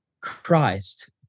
Christ